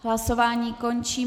Hlasování končím.